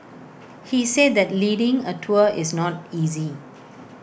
he said that leading A tour is not easy